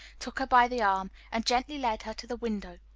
took her by the arm, and gently led her to the window.